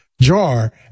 jar